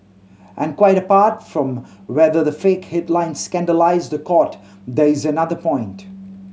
and quite apart from whether the fake headlines scandalise the Court there is another point